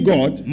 God